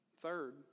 Third